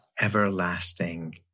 everlasting